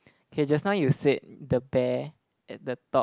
K just now you set the bear at the top